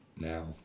Now